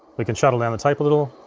we can shuttle down the tape a little.